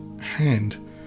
hand